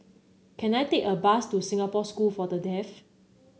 can I take a bus to Singapore School for the Deaf